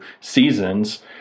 seasons